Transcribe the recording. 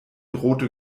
rote